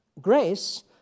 grace